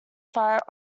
fire